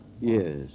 Yes